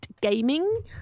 Gaming